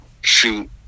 shoot